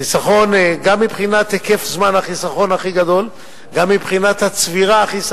גם מבחינת היקף הזמן וגם מבחינת היקף